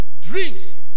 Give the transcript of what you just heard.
dreams